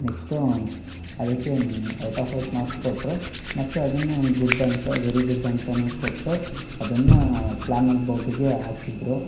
next ಅದಕ್ಕೆ out of out marks ಕೊಟ್ಟರು ಮತ್ತು ಅದನ್ನು ಗುಡ್ ಅಂತ ವೆರಿ ಗುಡ್ ಅಂತಲೂ ಕೊಟ್ಟು ಅದನ್ನು ಪ್ಲ್ಯಾನೆಲ್ ಬೋಟಿಗೆ ಹಾಕಿದ್ರು